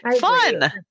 fun